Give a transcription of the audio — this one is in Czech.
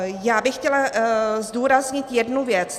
Já bych chtěla zdůraznit jednu věc.